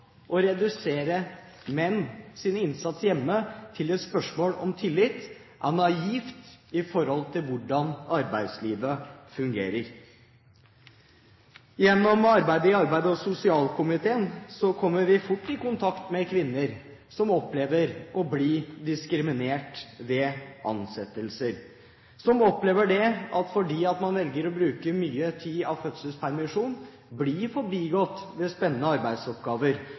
å redusere menns innsats hjemme til et spørsmål om tillit er naivt i forhold til hvordan arbeidslivet fungerer. Gjennom arbeidet i arbeids- og sosialkomiteen kommer vi fort i kontakt med kvinner som opplever å bli diskriminert ved ansettelser, som opplever at fordi man velger å bruke mye av fødselspermisjonen, blir man forbigått ved spennende arbeidsoppgaver,